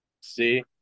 See